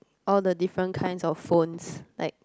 all the different kinds of phones like